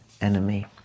enemy